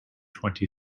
twenty